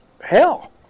hell